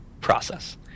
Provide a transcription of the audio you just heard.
process